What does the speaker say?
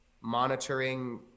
monitoring